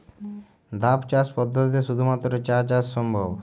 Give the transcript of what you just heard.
ধাপ চাষ পদ্ধতিতে শুধুমাত্র চা চাষ সম্ভব?